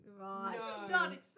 right